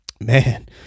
man